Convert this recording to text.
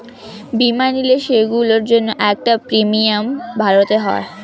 বীমা নিলে, সেগুলোর জন্য একটা প্রিমিয়াম ভরতে হয়